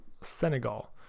Senegal